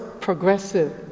progressive